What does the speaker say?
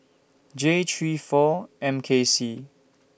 J three four M K C